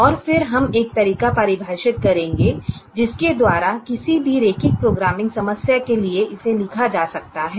और फिर हम एक तरीका परिभाषित करेंगे जिसके द्वारा किसी भी रैखिक प्रोग्रामिंग समस्या के लिए इसे लिखा जा सकता है